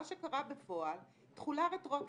מה שקרה בפועל הוא תחולה רטרואקטיבית.